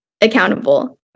accountable